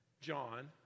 John